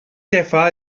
defa